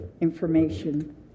information